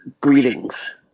Greetings